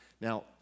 Now